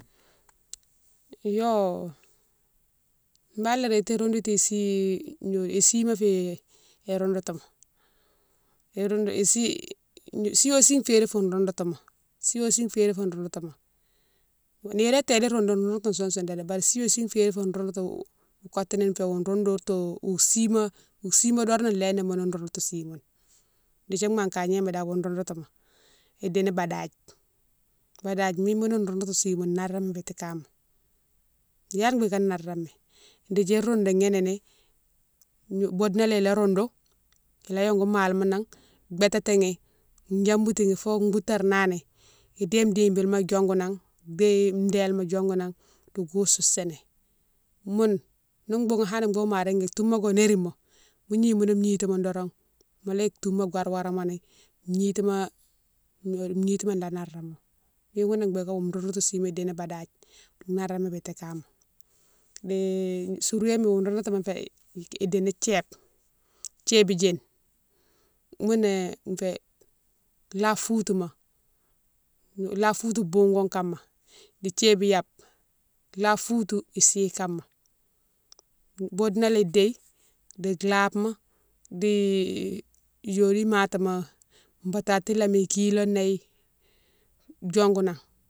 Yo bane la réti iroundoutou si gnodiou, isima fou roundoutouma, iroundou, isi, siwo si férine fou roundoutouma, siwo si férine fou roundoutouma, nirone téde roundoutou- roundoutou sousoune dé bari siwo si férine fou roundoutou mo kotini fé wou roundoutou ousima- ousima doron léni mounne roundoutou simounne, dékdi mankagnoma dane wo roundoutouma idini badadje- badadje mine moune roundoutou simoune narami biti kama yalé bigué narami dékdi iroundoughini ni, boude na ila roundou ila yongou malima nan, bétatighi, diaboutini fo boutarnani idéme dibilma diongounan déye délima diongou nan di goustou sini moune ni boughoune hanni boughoune ma régui, touma go nérine mo mo gni mounou gniti ghoune doron mola yike touma gouwagoura moni gnitima, gnodiou gnitima la naramone mine ghounné bigué ghounou roundoutou sighoune idini ibadadje narami biti kama. Di sourwéma wo roundoutou fé idini thiébe, thiébou diéne ghounné fé labe foutouma, labe foutou bougone kama di thiébou yappe, labe foutou isi kama, boude na lé déye di labema, di gnodiou matima batati lémi, ikiloné yi diongounan.